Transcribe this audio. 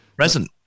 Present